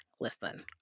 Listen